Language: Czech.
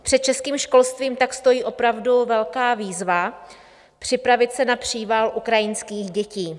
Před českým školstvím tak stojí opravdu velká výzva připravit se na příval ukrajinských dětí.